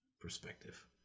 perspective